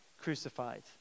crucified